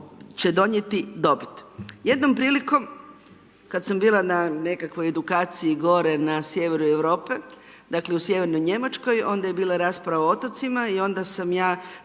će donijeti dobit. Jednom prilikom, kad sam bila na nekakvoj edukaciji gore na sjeveru Europe, dakle u sjevernoj Njemačkoj, onda je bila rasprava o otocima i onda sam ja,